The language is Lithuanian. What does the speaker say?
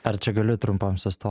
ar čia galiu trumpam susto